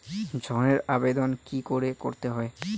ঋণের আবেদন কি করে করতে হয়?